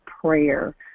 prayer